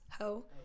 Ho